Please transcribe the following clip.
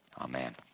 Amen